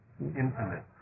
Intimate